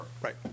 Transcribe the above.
Right